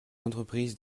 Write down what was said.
entreprises